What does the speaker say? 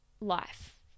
life